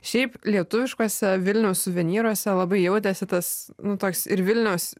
šiaip lietuviškuose vilniaus suvenyruose labai jautėsi tas nu toks ir vilniaus